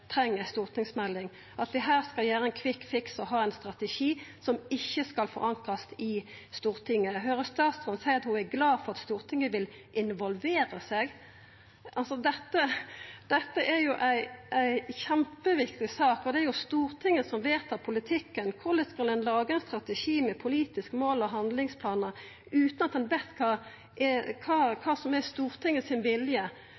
treng ei stortingsmelding, at vi her skal gjera ein kvikkfiks og ha ein strategi som ikkje skal forankrast i Stortinget. Eg høyrer statsråden seie at ho er glad for at Stortinget vil «involvere seg». Dette er jo ei kjempeviktig sak, og det er jo Stortinget som vedtar politikken. Korleis kan ein laga ein strategi med politiske mål og handlingsplanar utan at ein veit kva som er Stortingets vilje,